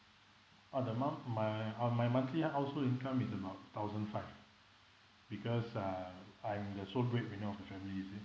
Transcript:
oh the month my uh my monthly household income is about thousand five because uh I'm the sole breadwinner of the family you see